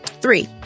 three